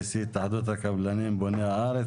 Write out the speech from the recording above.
נשיא התאחדות הקבלנים בוני הארץ.